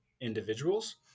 individuals